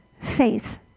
faith